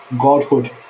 godhood